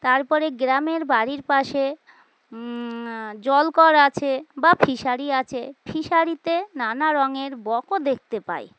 তারপরে গ্রামের বাড়ির পাশে জলকর আছে বা ফিশারি আছে ফিশারিতে নানা রঙের বকও দেখতে পাই